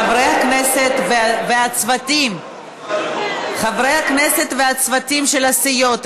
חברי הכנסת והצוותים חברי הכנסת והצוותים של הסיעות,